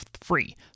free